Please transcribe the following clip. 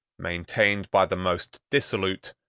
maintained by the most dissolute,